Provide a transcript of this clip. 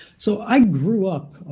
so i grew up,